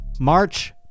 March